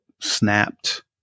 snapped